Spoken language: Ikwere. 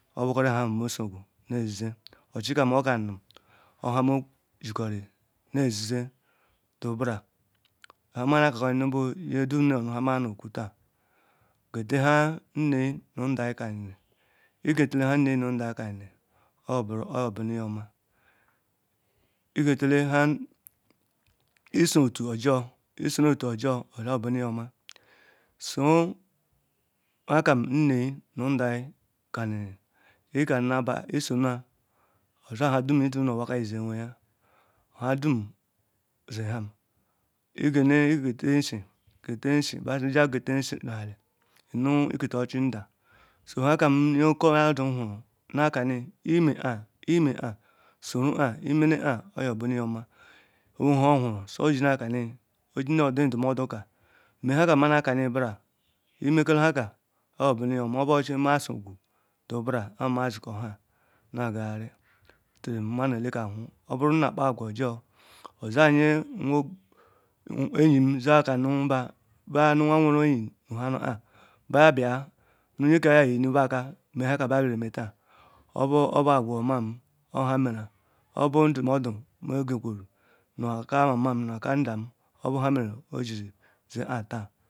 Obukoriri ha ma sugu ne zizi ochi ka okanunu, oha me yikoriri nezizi till runbran, ya nha mɛɛ na kakoriri bu ye dum ru ome nhee maa ne kwo taan, gete ha nnegi nu ndanyi kanini, igetele nha nnenyi nu ndanyi kanini oyobun yuoma igetele nha, isu otu ojor, isule otu ojor oyo obureeni oma bu nha kam nnenyi nu ndang kanini, ika nunabaa, isunu odia nhe dum itorum nu owaka izi ne ewaanya, nha dum ham. Igele, igele nshi, gete nshi bazi bua gete nshi nu ali inu iketa ochi ndanyi, so nha kam yu okebadu hurum na kan ime agha ime agha suru agha imene aghɛ oyoburuye oma oweruehiowhurum sunu oji nakani, oji nu oduyi ndumo dum ka, nu ehika maa nakani nbram imekalu nhaka oyoburueyi oma, obu ochi maa sugun tunbram kpa maa sukun nbram na gariri all maa nu eleka hun, oburu nu na akpa agwa ojor ozanye enyi za kanu buu baa nunwa weruenyi nu nha nu paa baa bia nu yeka yeyinuhɛka me nhaka baa biaru eme taan obu, obu aqwuomam oha merua, obu ndumondu mee gekweru nu aka mamam nu aku ndam obunhumeru ojiri zikpa taan